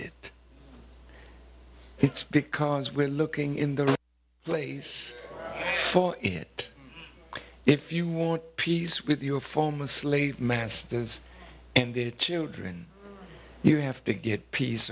it's because we're looking in the place for it if you want peace with your former slave masters and their children you have to get peace